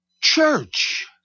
church